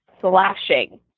slashing